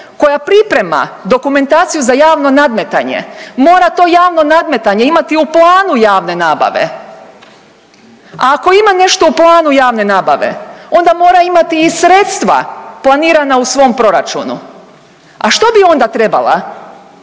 koja priprema dokumentaciju za javno nadmetanje mora to javno nadmetanje imati u planu javne nabave, a ako ima nešto u planu javne nabave onda mora imati i sredstva planirana u svom proračunu, a što bi onda trebala?